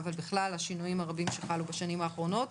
אבל בכלל השינויים הרבים שחלו בשנים האחרונות,